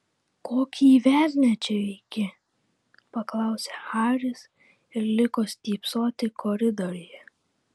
kokį velnią čia veiki paklausė haris ir liko stypsoti koridoriuje